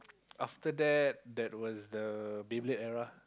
after that that was the Beyblade era